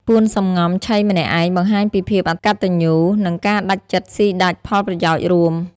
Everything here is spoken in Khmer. «ពួនសំងំឆីម្នាក់ឯង» បង្ហាញពីភាពអកតញ្ញូ និងការដាច់ចិត្តស៊ីដាច់ផលប្រយោជន៍រួម។